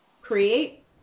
create